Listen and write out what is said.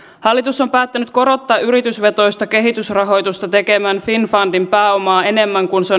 hallitus on päättänyt korottaa yritysvetoista kehitysrahoitusta tekevän finnfundin pääomaa enemmän kuin se